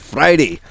Friday